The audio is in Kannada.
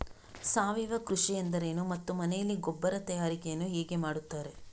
ಸಾವಯವ ಕೃಷಿ ಎಂದರೇನು ಮತ್ತು ಮನೆಯಲ್ಲಿ ಗೊಬ್ಬರ ತಯಾರಿಕೆ ಯನ್ನು ಹೇಗೆ ಮಾಡುತ್ತಾರೆ?